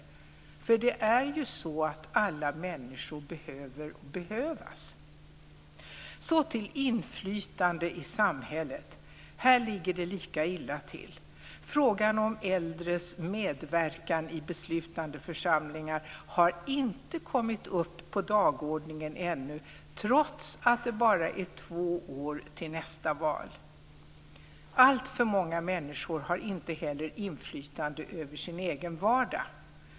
Det är ju så att alla människor behöver behövas. Så till detta med inflytande i samhället. Här ligger det lika illa till. Frågan om äldres medverkan i beslutande församlingar har inte kommit upp på dagordningen ännu trots att det bara är två år till nästa val. Alltför många människor har inte heller inflytande över sin egen vardag.